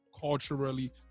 culturally